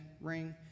ring